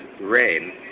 rain